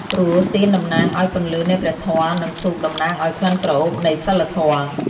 ព្រោះទៀនតំណាងឱ្យពន្លឺនៃព្រះធម៌ និងធូបតំណាងឱ្យក្លិនក្រអូបនៃសីលធម៌។